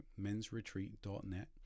mensretreat.net